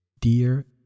Dear